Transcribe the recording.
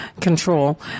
control